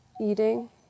eating